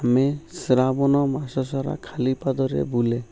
ଆମେ ଶ୍ରାବଣ ମାସସାରା ଖାଲି ପାଦରେ ବୁଲେ